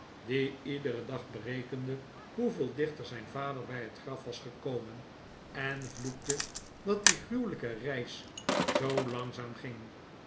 die iederen dag berekende hoeveel dichter zijn vader bij het graf was gekomen en vloekte dat die gruwelijke reis zoo langzaam ging